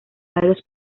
varios